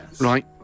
right